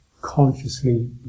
consciously